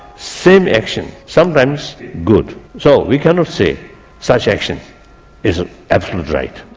same action sometimes good so we cannot say such action is an absolute right.